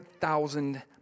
thousand